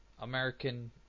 American